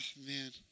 man